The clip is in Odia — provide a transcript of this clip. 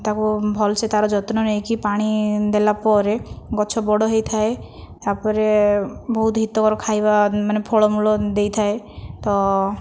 ତାକୁ ଭଲ ସେ ତା'ର ଯତ୍ନ ନେଇକି ପାଣି ଦେଲା ପରେ ଗଛ ବଡ଼ ହୋଇଥାଏ ତା'ପରେ ବହୁତ ହିତକର ଖାଇବା ମାନେ ଫଳମୂଳ ଦେଇଥାଏ ତ